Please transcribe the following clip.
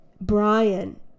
Brian